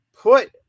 Put